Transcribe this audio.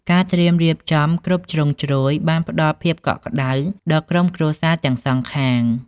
ការត្រៀមរៀបចំគ្រប់ជ្រុងជ្រោយបានផ្តល់ភាពកក់ក្តៅដល់ក្រុមគ្រួសារទាំងសងខាង។